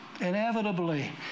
inevitably